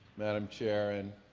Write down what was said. madam chair, and